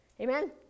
Amen